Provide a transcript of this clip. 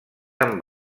amb